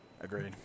Agreed